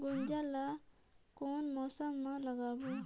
गुनजा ला कोन मौसम मा लगाबो?